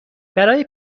برای